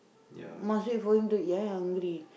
must wait for him to eat I hungry